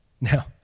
Now